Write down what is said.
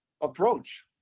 approach